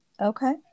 Okay